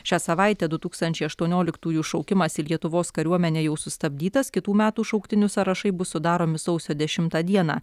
šią savaitę du tūkstančiai aštuonioliktųjų šaukimas į lietuvos kariuomenę jau sustabdytas kitų metų šauktinių sąrašai bus sudaromi sausio dešimtą dieną